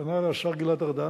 פנה אלי השר גלעד ארדן,